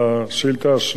השאילתא השנייה,